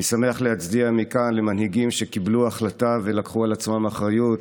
אני שמח להצדיע מכאן למנהיגים שקיבלו החלטה ולקחו על עצמם אחריות,